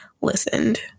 listened